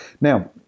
Now